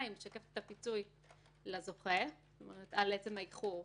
משקפת את הפיצוי לזוכה על עצם האיחור,